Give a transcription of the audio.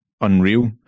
unreal